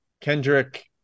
Kendrick